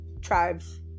tribes